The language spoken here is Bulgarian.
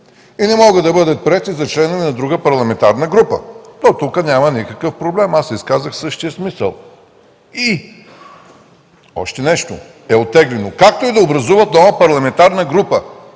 и не могат да бъдат приети за членове на друга парламентарна група”. Дотук няма никакъв проблем, аз се изказах в същия смисъл. И още нещо – „както и да образуват нова парламентарна група”.